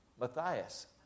Matthias